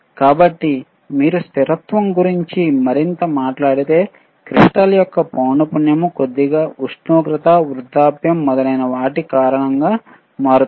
కాబట్టి మీరు స్థిరత్వం గురించి మరింత మాట్లాడితే క్రిస్టల్ యొక్క పౌనఃపుణ్యము కొద్దిగా ఉష్ణోగ్రత వృద్ధాప్యం మొదలైన వాటి కారణంగా మారుతుంది